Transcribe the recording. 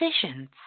decisions